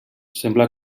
sembla